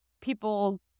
people